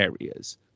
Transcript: areas